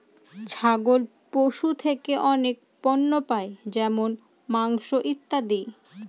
ছাগল পশু থেকে অনেক পণ্য পাই যেমন মাংস, ইত্যাদি